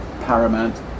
paramount